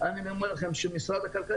היום במשק.